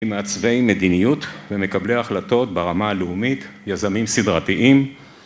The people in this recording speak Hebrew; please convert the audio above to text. מעצבי מדיניות ומקבלי החלטות ברמה הלאומית, יזמים סדרתיים.